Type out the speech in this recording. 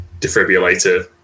defibrillator